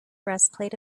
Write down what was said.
breastplate